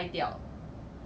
orh